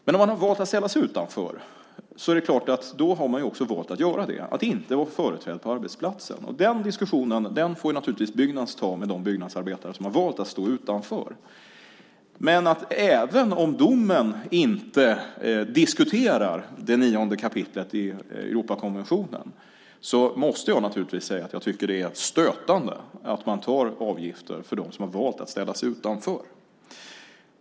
Men om man har valt att ställa sig utanför så har man också valt att inte vara företrädd på arbetsplatsen. Den diskussionen får naturligtvis Byggnads ta med de byggnadsarbetare som har valt att stå utanför. Men även om domen inte diskuterar 9 kap. i Europakonventionen så måste jag naturligtvis säga att jag tycker att det är stötande att man tar avgifter från dem som har valt att ställa sig utanför.